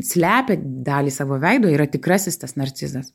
slepia dalį savo veido yra tikrasis tas narcizas